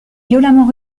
violemment